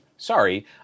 Sorry